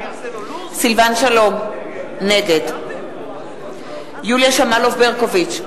סילבן שלום, נגד יוליה שמאלוב-ברקוביץ,